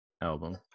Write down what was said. album